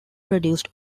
produced